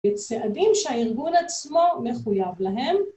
וצעדים שהארגון עצמו מחויב להם.